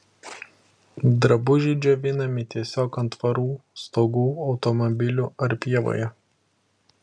drabužiai džiovinami tiesiog ant tvorų stogų automobilių ar pievoje